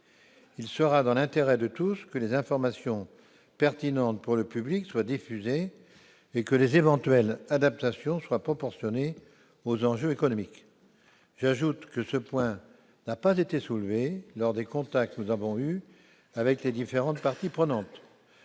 Il sera dans l'intérêt de tous que les informations pertinentes pour le public soient diffusées et que les éventuelles adaptations soient proportionnées aux enjeux économiques. J'ajoute que ce point n'a pas été soulevé lors des contacts que nous avons eus avec les différentes parties prenantes.